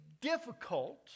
difficult